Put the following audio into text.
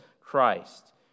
Christ